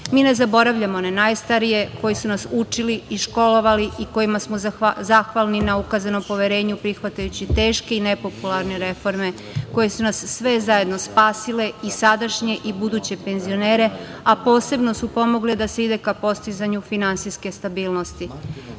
ne zaboravljamo na najstarije koji su nas učili, školovali i kojima smo zahvalni na ukazanom poverenju, prihvatajući teške i nepopularne reforme koje su nas sve zajedno spasile i sadašnje i buduće penzionere, a posebno su pomogle da se ide ka postizanju finansijske stabilnosti. Sve